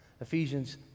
Ephesians